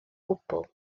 gwbl